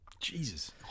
Jesus